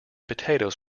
potatoes